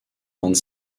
vingt